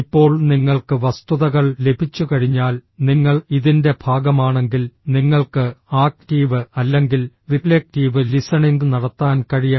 ഇപ്പോൾ നിങ്ങൾക്ക് വസ്തുതകൾ ലഭിച്ചുകഴിഞ്ഞാൽ നിങ്ങൾ ഇതിന്റെ ഭാഗമാണെങ്കിൽ നിങ്ങൾക്ക് ആക്റ്റീവ് അല്ലെങ്കിൽ റിഫ്ലെക്റ്റീവ് ലിസണിംഗ് നടത്താൻ കഴിയണം